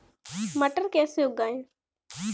मटर कैसे उगाएं?